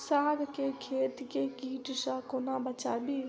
साग केँ खेत केँ कीट सऽ कोना बचाबी?